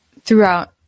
throughout